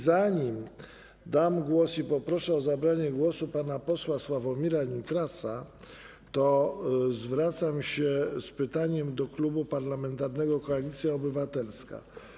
Zanim oddam głos i poproszę o zabranie głosu pana posła Sławomira Nitrasa, zwrócę się z pytaniem do Klubu Parlamentarnego Koalicja Obywatelska.